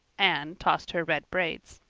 anne tossed her red braids.